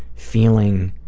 feeling